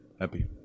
happy